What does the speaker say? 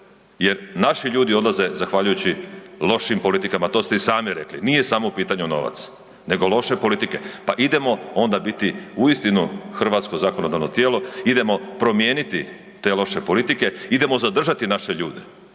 jer naši ljudi odlaze zahvaljujući lošim politikama, to ste i sami rekli. Nije samo u pitanju novac nego loše politike, pa idemo onda biti uistinu hrvatsko zakonodavno tijelo, idemo promijeniti te loše politike, idemo zadržati naše ljude,